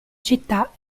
città